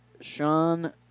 Sean